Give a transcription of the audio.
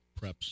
preps